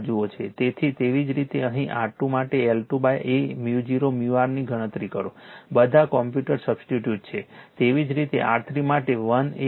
તેથી એવી જ રીતે અહીં R2 માટે L2 A µ0 µr ની ગણતરી કરો બધા કોમ્પ્યુટર સબસ્ટીટ્યુટ છે તેવી જ રીતે R3 માટે 186509